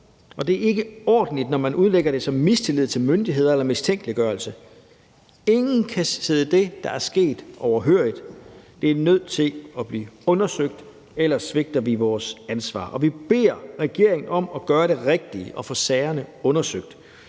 det er ikke ordentligt, når man udlægger det som mistillid til myndighederne eller mistænkeliggørelse. Ingen kan sidde det, der er sket, overhørig. Det er nødvendigt, at det bliver undersøgt, for ellers svigter vi vores ansvar. Vi beder regeringen om at gøre det rigtige og få sagerne undersøgt.